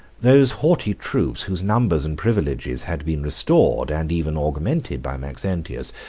those haughty troops, whose numbers and privileges had been restored, and even augmented, by maxentius,